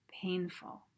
Painful